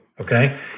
okay